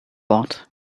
bought